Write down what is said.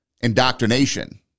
indoctrination